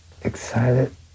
excited